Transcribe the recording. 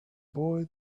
boy